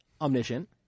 omniscient